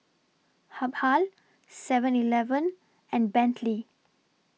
Habhal Seven Eleven and Bentley